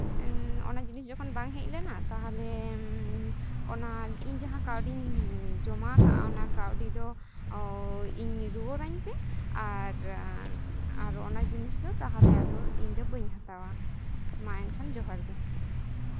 ᱚᱱᱟ ᱡᱤᱱᱤᱥ ᱡᱚᱠᱷᱚᱱ ᱵᱟᱝ ᱦᱮᱡ ᱞᱮᱱᱟ ᱛᱟᱦᱞᱮ ᱚᱱᱟ ᱤᱧ ᱡᱟᱦᱟᱸ ᱠᱟᱹᱣᱰᱤᱧ ᱡᱚᱢᱟ ᱟᱠᱟᱫ ᱚᱱᱟ ᱠᱟᱹᱣᱰᱤ ᱫᱚ ᱤᱧ ᱨᱩᱣᱟᱹᱲ ᱟᱹᱧ ᱯᱮ ᱟᱨ ᱚᱱᱟ ᱡᱤᱱᱤᱥ ᱫᱚ ᱛᱟᱦᱞᱮ ᱟᱫᱚ ᱤᱧᱫᱚ ᱵᱟᱹᱧ ᱦᱟᱛᱟᱣᱟ ᱢᱟ ᱮᱱᱠᱷᱟᱱ ᱡᱚᱦᱟᱨᱜᱮ